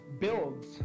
builds